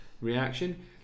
reaction